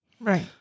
Right